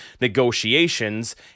negotiations